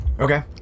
Okay